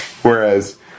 Whereas